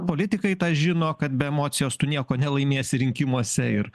politikai tą žino kad be emocijos tu nieko nelaimėsi rinkimuose ir